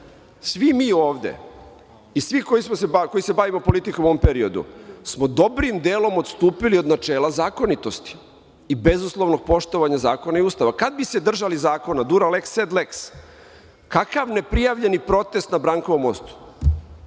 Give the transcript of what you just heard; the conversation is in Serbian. Svi mi ovde i svi koji se bavimo politikom u ovom periodu smo dobrim delom odstupili od načela zakonitosti i bezuslovnog poštovanja zakona i Ustava. Kada bi se držali zakona, „dura leks sed leks“, kakav ne prijavljeni protest na Brankovom mostu?